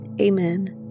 Amen